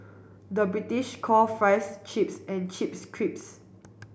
the British call fries chips and chips crisps